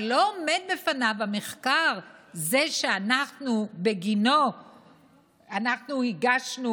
אבל לא עומד בפניו המחקר שבגינו אנחנו הגשנו